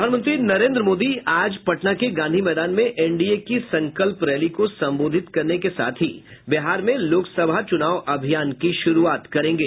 प्रधानमंत्री नरेन्द्र मोदी आज पटना के गांधी मैदान में एनडीए की संकल्प रैली को संबोधित करने के साथ ही बिहार में लोकसभा चूनाव अभियान की शुरूआत करेंगे